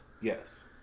Yes